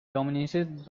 dominated